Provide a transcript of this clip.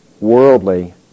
worldly